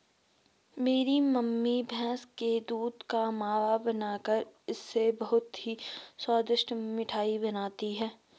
मेरी मम्मी भैंस के दूध का मावा बनाकर इससे बहुत ही स्वादिष्ट मिठाई बनाती हैं